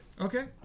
Okay